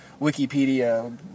Wikipedia